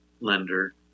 lender